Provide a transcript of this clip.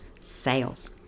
sales